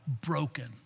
broken